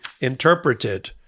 interpreted